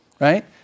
Right